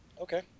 Okay